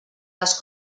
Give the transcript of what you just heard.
les